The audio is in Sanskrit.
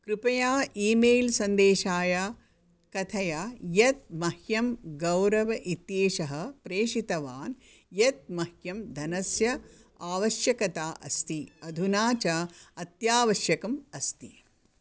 कृपया ईमेल् सन्देशाय कथय यत् मह्यं गौरव इत्येषः प्रेषितवान् यत् मह्यं धनस्य आवश्यकता अस्ति अधुना च अत्यावश्यकम् अस्ति